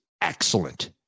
excellent